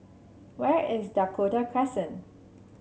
where is Dakota Crescent